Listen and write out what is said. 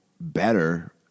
better